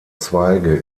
zweige